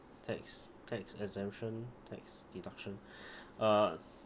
tax tax exemption tax deduction uh